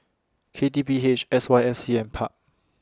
K T P H S Y F C and Pub